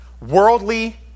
worldly